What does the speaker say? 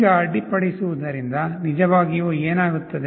ಈಗ ಅಡ್ಡಿಪಡಿಸುವುದರಿಂದ ನಿಜವಾಗಿಯೂ ಏನಾಗುತ್ತದೆ